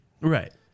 Right